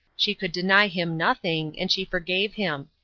she could deny him nothing, and she forgave him.